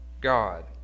God